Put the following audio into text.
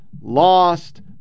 lost